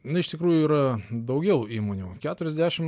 nu iš tikrųjų yra daugiau įmonių keturiasdešim